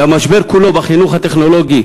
והמשבר כולו בחינוך הטכנולוגי